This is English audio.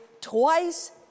twice